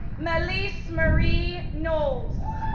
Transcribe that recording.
melise marie knowles,